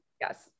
Yes